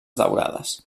daurades